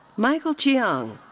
michael chheang.